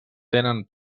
tenen